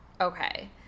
okay